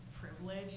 privilege